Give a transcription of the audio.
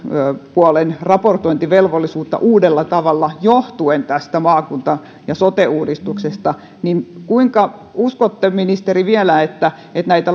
puolen raportointivelvollisuutta uudella tavalla johtuen tästä maakunta ja sote uudistuksesta kuinka uskotte ministeri vielä että näitä